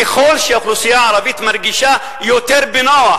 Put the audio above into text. ככל שהאוכלוסייה הערבית מרגישה יותר בנוח,